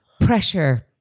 pressure